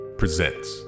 presents